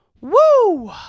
Woo